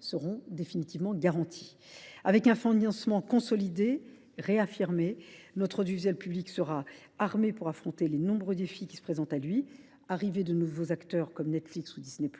seront définitivement garanties. Avec un financement consolidé et réaffirmé, notre audiovisuel public sera armé pour affronter les nombreux défis qui se présentent à lui : arrivée de nouveaux acteurs comme Netflix ou Disney+,